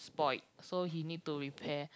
spoilt so he need to repair